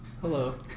Hello